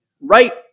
right